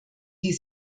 die